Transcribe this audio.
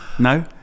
No